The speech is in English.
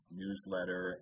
newsletter